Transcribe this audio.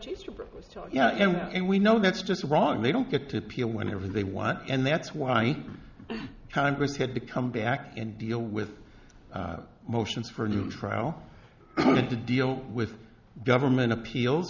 so yeah and we know that's just wrong they don't get to appeal whenever they want and that's why congress had to come back and deal with motions for a new trial or to deal with government appeal